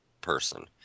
person